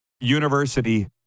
university